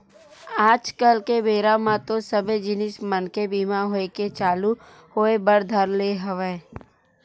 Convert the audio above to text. आज कल के बेरा म तो सबे जिनिस मन के बीमा होय के चालू होय बर धर ले हवय